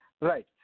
Right